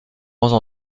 grands